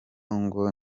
ngo